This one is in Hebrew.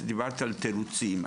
דיברת על תירוצים,